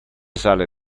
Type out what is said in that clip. sale